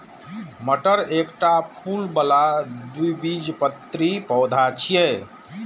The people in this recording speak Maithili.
मटर एकटा फूल बला द्विबीजपत्री पौधा छियै